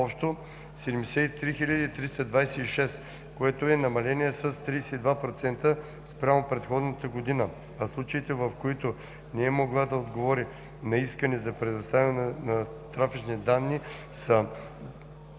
общо 73 326, което е намаление с 32% спрямо предходната година, а случаите, в които не е могло да се отговори на искане за предоставяне на трафични данни, са